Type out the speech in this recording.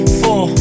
four